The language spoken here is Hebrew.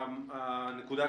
הנקודה,